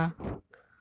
ya you don't dare ah